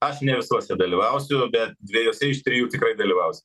aš ne visuose dalyvausiu bet dviejuose iš trijų tikrai dalyvausiu